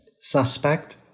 suspect